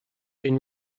been